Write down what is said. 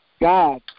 God